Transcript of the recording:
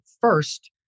first